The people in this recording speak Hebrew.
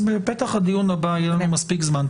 בפתח הדיון הבא יהיה לנו מספיק זמן,